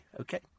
okay